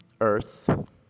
Earth